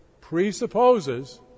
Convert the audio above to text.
presupposes